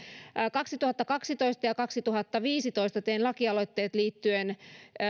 kaksituhattakaksitoista ja kaksituhattaviisitoista tein lakialoitteet liittyen